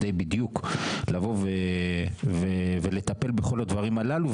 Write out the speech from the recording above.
כדי בדיוק לבוא ולטפל בכל הדברים הללו.